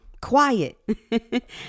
quiet